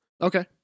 Okay